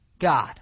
God